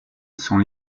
sont